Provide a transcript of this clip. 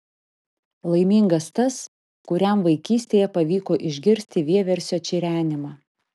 laimingas tas kuriam vaikystėje pavyko išgirsti vieversio čirenimą